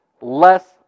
less